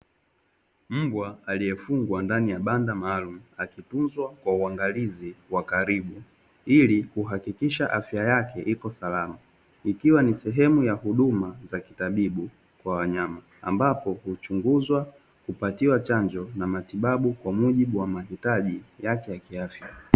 Mbwa aliyefungwa ndani ya banda maalumu akitunzwa kwa uangalizi wa karibu, ili kuhakikisha afya yake iko salama. Ikiwa ni sehemu ya huduma za kitabibu kwa wanyama ambapo; huchunguzwa, hupatiwa chanjo na matibabu kwa mujibu wa mahitaji yake ya kiafya.